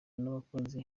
n’abakunzi